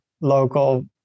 local